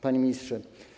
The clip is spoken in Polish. Panie Ministrze!